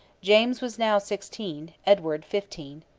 james was now sixteen, edward fifteen.